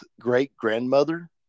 great-grandmother